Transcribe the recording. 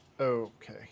okay